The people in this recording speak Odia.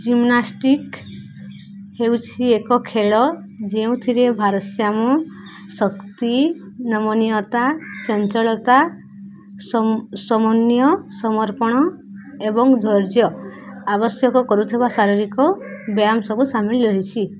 ଜିମ୍ନାଷ୍ଟିକ୍ ହେଉଛି ଏକ ଖେଳ ଯେଉଁଥିରେ ଭାରସାମ୍ୟ ଶକ୍ତି ନମନୀୟତା ଚଞ୍ଚଳତା ସମ ସମନ୍ୱୟ ସମର୍ପଣ ଏବଂ ଧୈର୍ଯ୍ୟ ଆବଶ୍ୟକ କରୁଥିବା ଶାରୀରିକ ବ୍ୟାୟାମ ସବୁ ସାମିଲ ରହିଛି